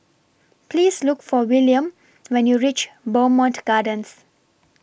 Please Look For Willam when YOU REACH Bowmont Gardens